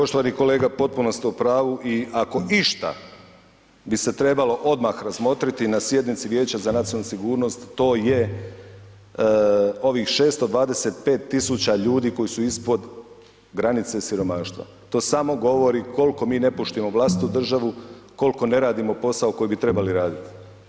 Poštovani kolega, potpuno ste u pravu i ako išta bi se trebalo odmah razmotriti na sjednici Vijeća za nacionalnu sigurnost to je ovih 625 tisuća ljudi koji su ispod granice siromaštva, to samo govori koliko mi ne poštujemo vlastitu državu, koliko ne radimo posao koji bi trebali raditi.